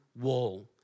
Wall